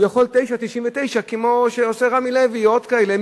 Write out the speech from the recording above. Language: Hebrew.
הוא יכול 9.99, כמו שעושה רמי לוי או עוד כאלה.